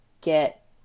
get